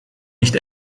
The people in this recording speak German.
nicht